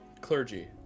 clergy